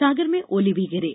सागर में ओले भी गिरे